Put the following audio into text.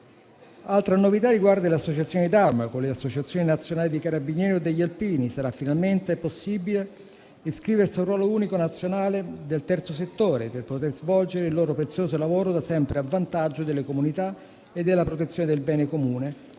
Altra novità riguarda le associazioni d'Arma. Con le associazioni nazionali dei Carabinieri o degli Alpini, sarà finalmente possibile iscriversi al ruolo unico nazionale del terzo settore per poter svolgere il loro prezioso lavoro, da sempre a vantaggio delle comunità e della protezione del bene comune,